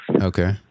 Okay